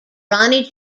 ronnie